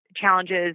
challenges